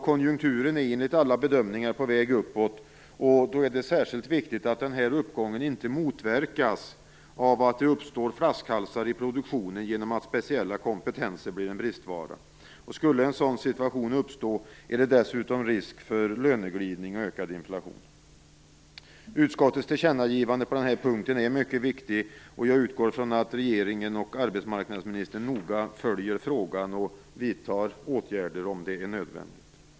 Konjunkturen är enligt alla bedömningar på väg uppåt, och då är det särskilt viktigt att uppgången inte motverkas av att det uppstår flaskhalsar i produktionen genom att speciella kompetenser blir en bristvara. Skulle en sådan situation uppstå är det dessutom risk för löneglidning och ökad inflation. Utskottets tillkännagivande på den här punkten är mycket viktigt. Jag utgår från att regeringen och arbetsmarknadsministern noga följer frågan och vidtar åtgärder om det är nödvändigt.